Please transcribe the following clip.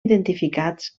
identificats